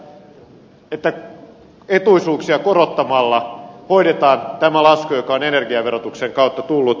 sanoitte että etuisuuksia korottamalla hoidetaan tämä lasku joka on energiaverotuksen kautta tullut